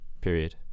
period